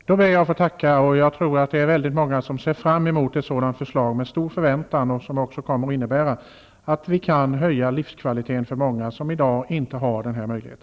Herr talman! Jag ber att få tacka för det beskedet. Jag tror att det är väldigt många som ser fram emot ett sådant förslag med stor förväntan. Det kommer också att innebära att vi kan höja livskvaliteten för många som i dag inte har denna möjlighet.